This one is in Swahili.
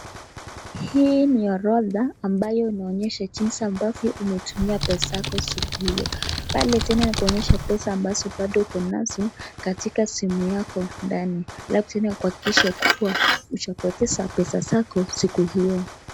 Hii ni orodha ambayo inaonyesha jinsi ambavyo umetumia pesa yako siku hiyo. Pale tena kuonyesha pesa ambazo ukonazo katika simu yako ndani alafu tena kuhakikisha kuwa hujapoteza pesa zako siku hiyo.